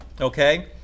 okay